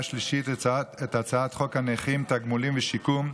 השלישית את הצעת חוק הנכים (תגמולים ושיקום)